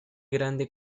grande